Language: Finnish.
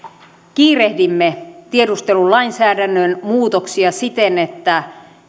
kiirehdimme tiedustelulainsäädännön muutoksia siten että